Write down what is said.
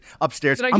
upstairs